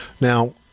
Now